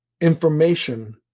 information